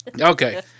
Okay